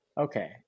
okay